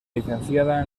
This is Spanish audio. licenciada